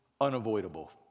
unavoidable